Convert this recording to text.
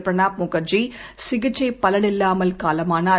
Pranab Mukherjee சிகிச்சைபலனில்லாமல்காலமானார்